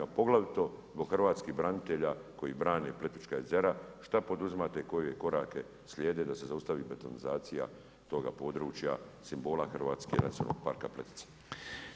A poglavito zbog hrvatskih branitelja, koji brane Plitvička jezera, šta poduzimate i koje korake slijede da se zaustavi betonizacija toga područja, simbola Hrvatske, nacionalnog parka Plitvice?